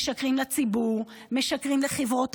משקרים לציבור,